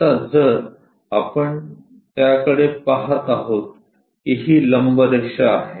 आता जर आपण त्याकडे पहात आहोत की ही लंबरेषा आहे